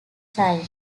child